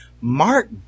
mark